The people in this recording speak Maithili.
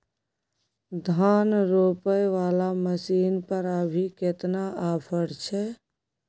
धान रोपय वाला मसीन पर अभी केतना ऑफर छै?